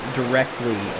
directly